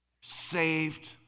saved